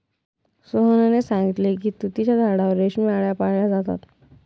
सोहनने सांगितले की तुतीच्या झाडावर रेशमी आळया पाळल्या जातात